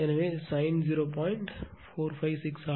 89 ஆகும்